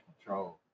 control